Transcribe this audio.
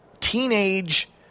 teenage